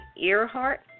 Earhart